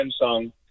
Samsung